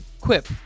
Quip